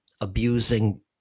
abusing